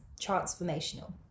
transformational